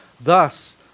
Thus